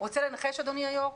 רוצה לנחש, אדוני היו"ר?